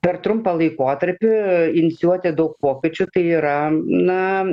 per trumpą laikotarpį inicijuoti daug pokyčių tai yra na